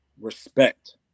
respect